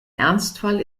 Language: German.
ernstfall